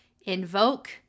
invoke